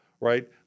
right